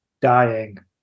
dying